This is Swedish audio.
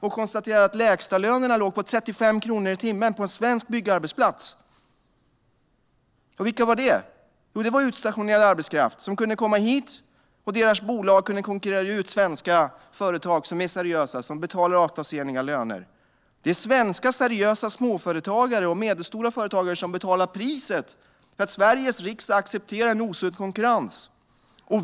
Man konstaterade att lägstalönerna låg på 35 kronor i timmen på en svensk byggarbetsplats. Vilka var det som arbetade där? Jo, det var utstationerad arbetskraft som kommit hit. Deras bolag kunde konkurrera ut svenska företag som är seriösa och betalar avtalsenliga löner. Det är svenska seriösa småföretagare och medelstora företagare som betalar priset för att Sveriges riksdag accepterar en osund konkurrens.